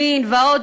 מין ועוד,